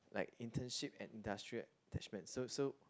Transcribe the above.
like internship and industrial attachments so so